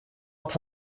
att